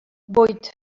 vuit